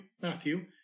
Matthew